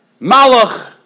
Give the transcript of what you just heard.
Malach